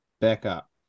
Backup